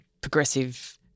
progressive